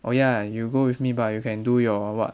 oh ya you go with me but you can do your what